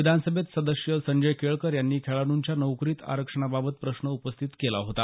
विधानसभेत सदस्य संजय केळकर यांनी खेळाडूंच्या नोकरीतील आरक्षणाबाबत प्रश्न उपस्थित केला होता